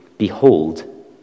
Behold